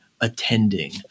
attending